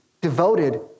devoted